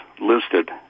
listed